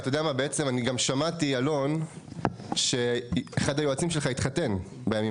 אני רוצה רק להפנות את תשומת לבכם לשתיים-שלוש נקודות קטנות בנוסח,